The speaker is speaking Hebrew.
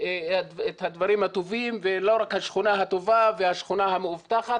את הדברים הטובים ולא רק השכונה הטובה והשכונה המאובטחת,